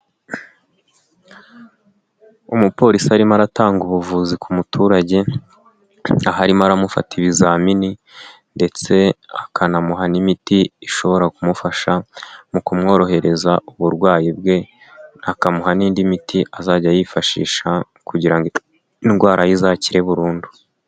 Umupolisi arimo aratanga ubuvuzi ku muturage, aho arimo aramufata ibizamini, ndetse akanamuha n'imiti ishobora kumufasha mu kumworohereza uburwayi bwe, akamuha n'indi miti azajya yifashisha kugira ngo indwara ye izakire burundu.